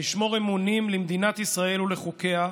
לשמור אמונים למדינת ישראל ולחוקיה,